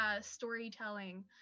storytelling